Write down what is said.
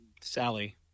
Sally